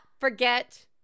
forget